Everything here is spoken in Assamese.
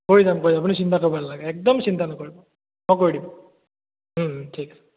কৰি যাম কৰি যাম আপুনি চিন্তা কৰিব নালাগে একদম চিন্তা নকৰিব মই কৰি দিম ঠিক